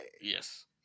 Yes